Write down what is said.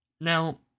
Now